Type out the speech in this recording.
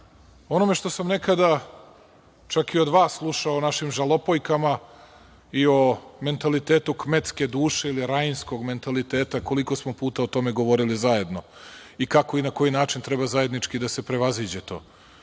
onome što sam nekada čak i od vas slušao, o našim žalopojkama i o mentalitetu kmetske duše ili rajinskog mentaliteta, koliko smo puta o tome govorili zajedno i kako i na koji način treba zajednički da se prevaziđe to.